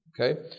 Okay